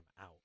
out